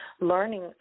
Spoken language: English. Learning